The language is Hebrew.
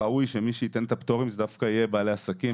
ראוי שמי שייתן את הפטורים אלה דווקא יהיו בעלי העסקים,